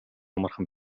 амархан